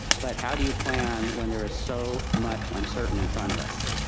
but how do you plan when there is so much uncertain in front of us?